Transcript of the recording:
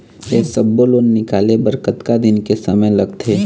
ये सब्बो लोन निकाले बर कतका दिन के समय लगथे?